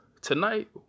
tonight